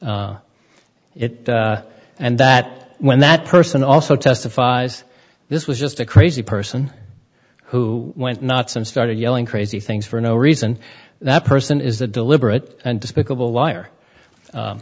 it and that when that person also testifies this was just a crazy person who went nuts and started yelling crazy things for no reason that person is the deliberate and despicable